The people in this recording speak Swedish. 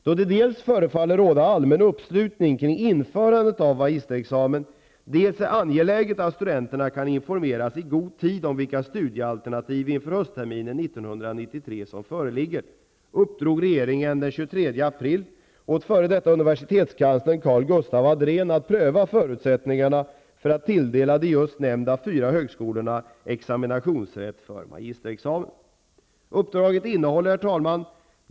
Då det dels förefaller råda allmän uppslutning kring införandet av en magisterexamen, dels är angeläget att studenterna kan informeras i god tid om vilka studiealternativ inför höstterminen 1993 som föreligger uppdrog regeringen den 23 april åt f.d. universitetskanslern Carl-Gustaf Andrén att pröva förutsättningarna för att tilldela de just nämnda fyra högskolorna examinationsrätten för magisterexamen.